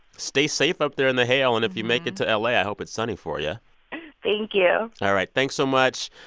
stay safe up there in the hail. and if you make it to la, i hope it's sunny for you yeah thank you all right. thanks so much.